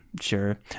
Sure